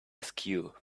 askew